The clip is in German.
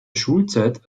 schulzeit